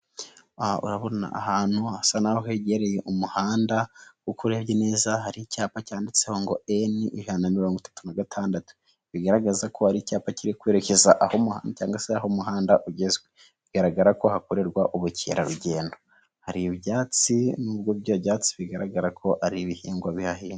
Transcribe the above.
Urabona ahantu hasa naho hegereye umuhanda, uko iyo urebye neza hari icyapa cyanditseho ngo: N136; bigaragaza ko hari icyapa kiri kwerekeza aho cyangwa se umuhanda ugezwe; bigaragara ko hakorerwa ubukerarugendo hari ibyatsi nubwoi byatsi bigaragara ko ari ibihingwa bihahingwa.